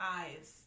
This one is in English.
eyes